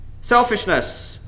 Selfishness